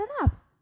enough